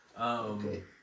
Okay